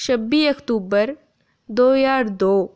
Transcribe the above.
छब्बी अक्तूबर दो ज्हार दो